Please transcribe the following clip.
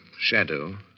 shadow